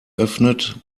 öffnet